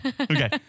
Okay